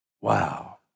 Wow